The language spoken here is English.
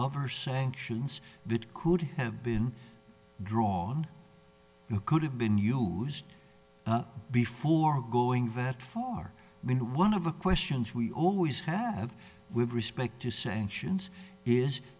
over sanctions that could have been drawn you could have been before going that far when one of the questions we always have with respect to sanctions is